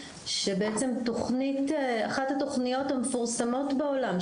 את אחת התוכניות המפורסמות בעולם,